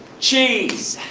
cheese!